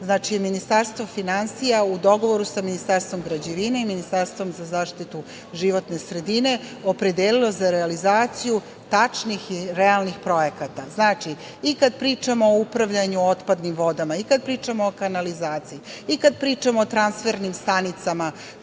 godinu Ministarstvo finansija, u dogovoru sa Ministarstvom građevine i Ministarstvom za zaštitu životne sredine, opredelilo je za realizaciju tačnih i realnih projekata. Znači, i kada pričamo o upravljanju otpadnim vodama, i kada pričamo o kanalizaciji, i kada pričamo o transfernim stanicama